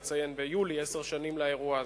ביולי נציין עשר שנים לאירוע הזה.